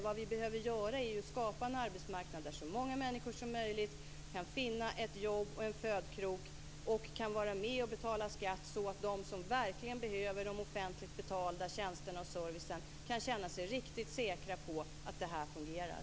Vad vi behöver göra är att skapa en arbetsmarknad där så många människor som möjligt kan finna ett jobb och en födkrok och kan vara med och betala skatt så att de som verkligen behöver de offentligt betalda tjänsterna och servicen kan känna sig riktigt säkra på att det här fungerar.